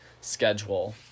schedule